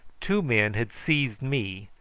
two men had seized me,